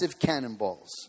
cannonballs